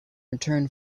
return